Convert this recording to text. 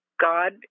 God